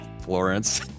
Florence